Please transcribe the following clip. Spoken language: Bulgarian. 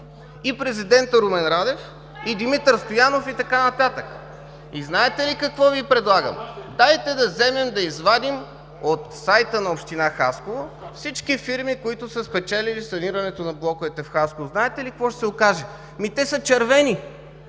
и президентът Румен Радев, и Димитър Стоянов и така нататък. Знаете ли какво Ви предлагам? Дайте да вземем да извадим от сайта на община Хасково всички фирми, които са спечелили санирането на блоковете в Хасково. Какво ще се окаже? Те са червени.